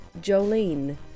Jolene